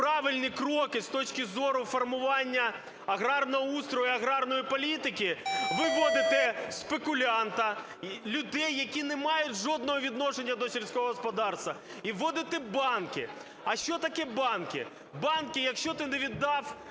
правильні кроки з точки зору формування аграрного устрою, аграрної політики, ви вводите спекулянта - людей, які не мають жодного відношення до сільського господарства, і вводите банки. А що таке банки? Банки, якщо ти не віддав